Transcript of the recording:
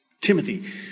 Timothy